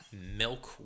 milk